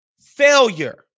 Failure